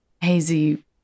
hazy